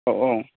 औ औ